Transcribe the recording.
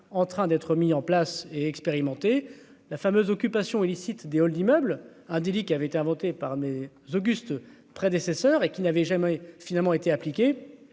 en train d'être mis en place et expérimenté la fameuse occupation illicite des halls d'immeubles à Dili, qui avait été inventés par mes augustes prédécesseurs et qui n'avait jamais finalement été appliqué